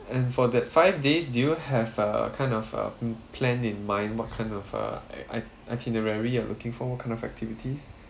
and for that five days do you have a kind of a plan in mind what kind of uh it~ itinerary you're looking for what kind of activities